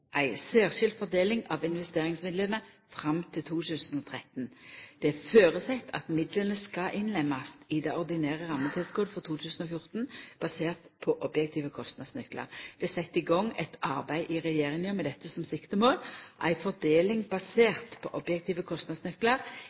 ei særskild fordeling av investeringsmidlane fram til 2013. Det er føresett at midlane skal innlemmast i det ordinære rammetilskotet frå 2014, basert på objektive kostnadsnøklar. Det er sett i gang eit arbeid i regjeringa med dette som siktemål. Ei fordeling basert på objektive